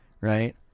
right